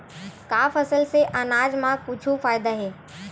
का फसल से आनाज मा कुछु फ़ायदा हे?